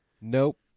Nope